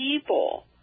people